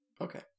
Okay